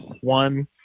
one